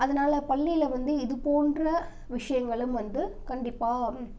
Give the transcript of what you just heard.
அதனால பள்ளியில் வந்து இதுபோன்ற விஷயங்களும் வந்து கண்டிப்பாக